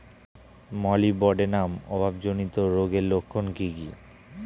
Molybdenum অভাবজনিত রোগের লক্ষণ কি কি?